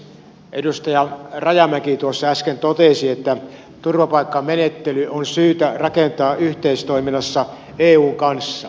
edustaja rajamäki äsken totesi että turvapaikkamenettely on syytä rakentaa yhteistoiminnassa eun kanssa